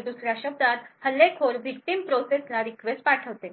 तर दुसर्या शब्दांत हल्लेखोर विक्टिम प्रोसेसला रिक्वेस्ट पाठविते